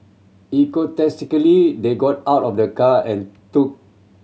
enthusiastically they got out of the car and took